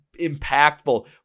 impactful